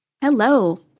Hello